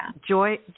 joy